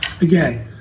Again